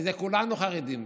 מזה כולנו חרדים.